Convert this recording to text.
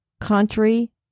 country